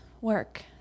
work